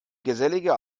gesellige